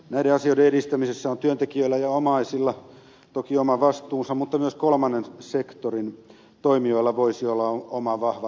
näiden asioiden edistämisessä on työntekijöillä ja omaisilla toki oma vastuunsa mutta myös kolmannen sektorin toimijoilla voisi olla oma vahva roolinsa